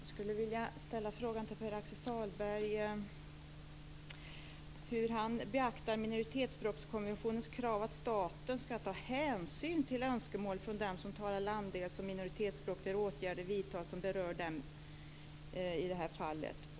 Fru talman! Jag skulle vilja fråga Pär-Axel Sahlberg hur han beaktar minoritetsspråkskonventionens krav att staten ska ta hänsyn till önskemål från den som talar landsdels och minoritetsspråk när åtgärder vidtas som berör dem, som i det här fallet.